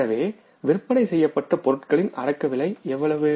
எனவேவிற்பனை செய்யப்பட்ட பொருட்களின் அடக்கவிலை எவ்வளவு